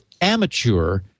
amateur